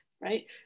right